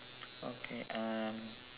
okay uh